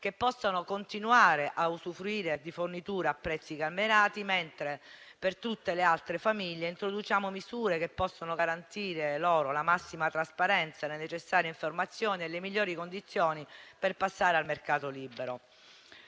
che possano continuare a usufruire di forniture a prezzi calmierati, mentre per tutte le altre famiglie introduciamo misure che possano garantire loro la massima trasparenza, le necessarie informazioni e le migliori condizioni per passare al mercato libero.